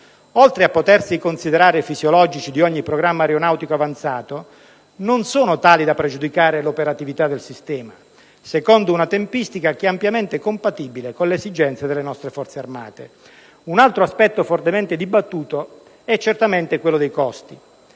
oltre a potersi considerare fisiologici di ogni programma aeronautico avanzato, non sono tali da pregiudicare l'operatività del sistema secondo una tempistica che è ampiamente compatibile con le esigenze delle nostre Forze armate. Un altro aspetto fortemente dibattuto è quello dei costi.